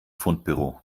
fundbüro